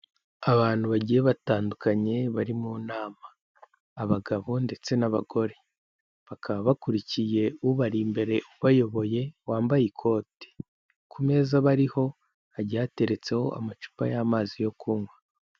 Abantu bagiye batandukanye bari mu nama abagabo ndetse n'abagore, bakaba bakurikiye ubari imbere ubayoboye wambaye ikote, ku meza bariho hagiye hateretseho amacupa y'amazi yo kunywa.